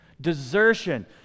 Desertion